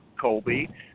Colby